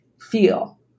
feel